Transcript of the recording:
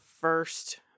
first